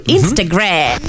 Instagram